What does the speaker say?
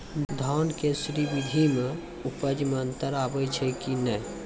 धान के स्री विधि मे उपज मे अन्तर आबै छै कि नैय?